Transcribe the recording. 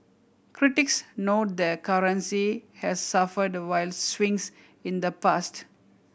critics note the currency has suffered wild swings in the past